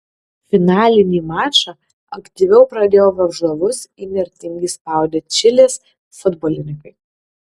finalinį mačą aktyviau pradėjo varžovus įnirtingai spaudę čilės futbolininkai